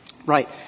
Right